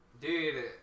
Dude